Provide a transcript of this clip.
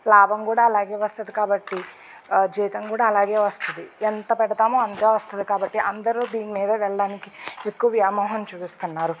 లాభం కూడా అలాగే వస్తుంది కాబట్టి ఆ జీతం కూడా అలాగే వస్తుంది ఎంత పెడతామో అంతే వస్తుంది కాబట్టి అందరూ దీని మీదే వెళ్ళడానికి ఎక్కువ వ్యామోహం చూపిస్తున్నారు